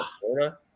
Florida